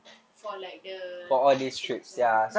for like the tips kan